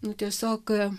nu tiesiog